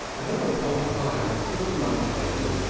thereupon hyams took the money tendered,